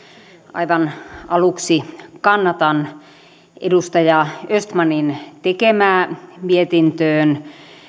aivan aluksi kannatan edustaja östmanin tekemää mietintöön